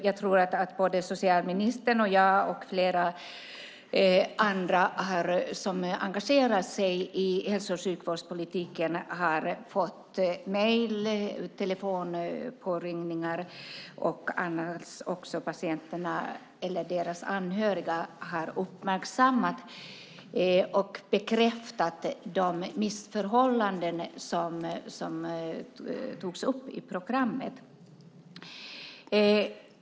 Jag tror att både socialministern och jag samt flera andra som engagerar sig i hälso och sjukvårdspolitiken har fått mejl och telefonpåringningar. Patienterna och deras anhöriga har uppmärksammat och bekräftat de missförhållanden som togs upp i programmet.